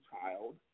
child